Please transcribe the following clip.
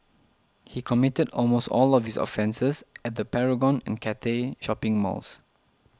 he committed almost all of his offences at the Paragon and Cathay shopping malls